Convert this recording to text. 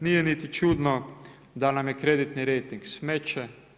Nije niti čudno da nam je kreditni reiting smeće.